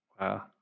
Wow